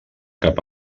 cap